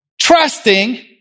trusting